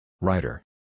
Writer